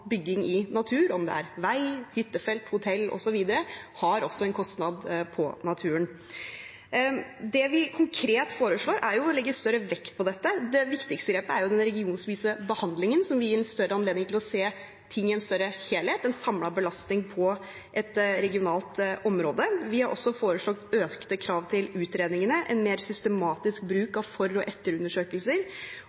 bygging i natur, om det er vei, hyttefelt, hoteller osv., også har en kostnad for naturen. Det vi konkret foreslår, er å legge større vekt på dette. Det viktigste i dette er jo den regionvise behandlingen som vil gi større anledning til å se ting i en større helhet, en samlet belastning på et regionalt område. Vi har også foreslått økte krav til utredningene, en mer systematisk bruk